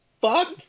fuck